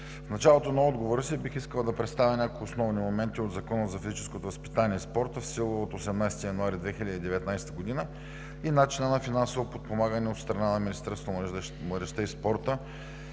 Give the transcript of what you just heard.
В началото на отговора си бих искал да представя няколко основни момента от Закона за физическото възпитание и спорта в сила от 18 януари 2019 г. и начина на финансово подпомагане от страна на Министерството на младежта и спорта